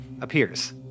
appears